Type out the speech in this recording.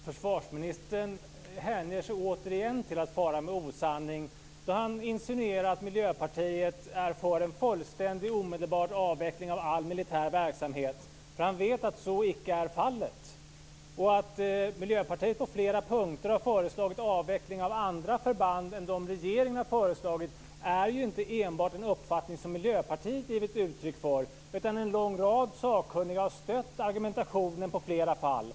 Fru talman! Försvarsministern hänger sig återigen åt att fara med osanning då han insinuerar att Miljöpartiet är för en fullständig och omedelbar avveckling av all militär verksamhet, för han vet att så inte är fallet. Miljöpartiet har på flera punkter föreslagit avveckling av andra förband än regeringen. Det är inte en uppfattning som enbart Miljöpartiet har givit uttryck för. En lång rad sakkunniga har stött argumentationen i flera fall.